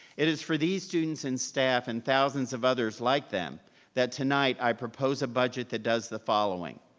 it is for these students and staff and thousands of others like them that tonight i propose a budget that does the following,